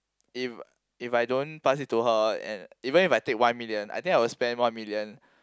if if I don't pass it to her and even if I take one million I think I will spend one million